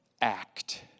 act